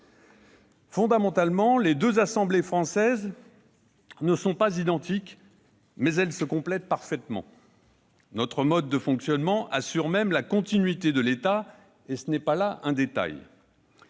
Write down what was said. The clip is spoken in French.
Fondamentalement, les deux assemblées françaises ne sont pas identiques, mais elles se complètent parfaitement. Notre mode de fonctionnement assure même la continuité de l'État, et ce n'est pas là un détail.